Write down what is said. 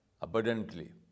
abundantly